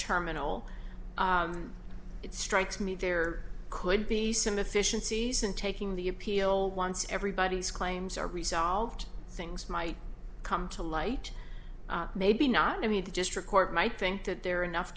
terminal it strikes me there could be some efficiencies in taking the appeal once everybody's claims are resolved things might come to light maybe not i mean the district court might think that there are enough